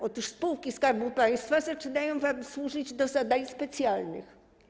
Otóż spółki Skarbu Państwa zaczynają wam służyć do zadań specjalnych.